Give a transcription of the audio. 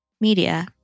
media